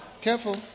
Careful